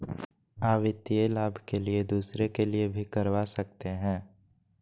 आ वित्तीय लाभ के लिए दूसरे के लिए भी करवा सकते हैं?